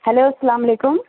hello السلام علیکم